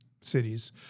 cities